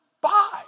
buy